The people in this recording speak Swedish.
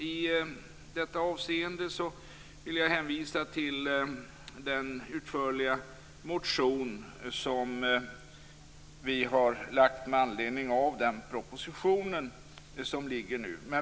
I detta avseende vill jag hänvisa till den utförliga motion som vi väckt med anledning av den proposition som nu ligger.